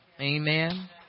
Amen